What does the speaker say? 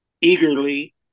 eagerly